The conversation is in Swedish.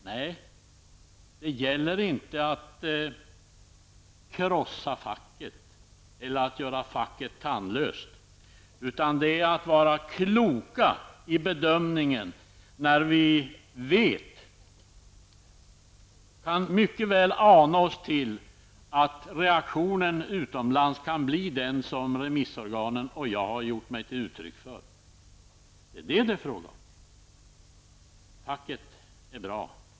Nej, det gäller inte att krossa facket eller att föra facket tandlöst, utan det gäller att vara klok vid bedömningen när vi mycket väl kan ana oss till att reaktionen utomlands kan bli den som remissorganen och jag har gett uttryck för. Det är detta som det är fråga om. Facket är bra.